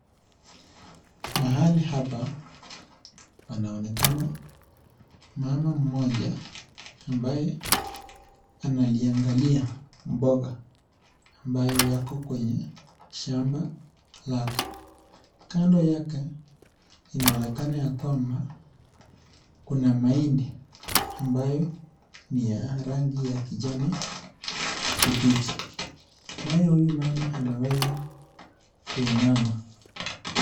Mahali hapa panaonekana mama mmoja ambaye analiangalia mboga ambayo yako kwenye shamba lake, kando yake inaonekana kwamba kuna mahindi ambayo ni ga rangi ya kijani kibichi, naye huyu mama anaweza kuinama.